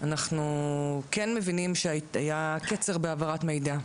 אנחנו כן מבינים שהיה קצר בהעברת מידע.